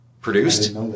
produced